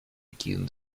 quién